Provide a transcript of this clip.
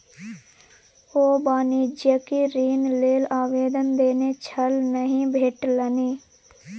ओ वाणिज्यिक ऋण लेल आवेदन देने छल नहि भेटलनि